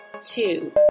two